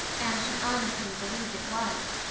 and she honestly believed it was.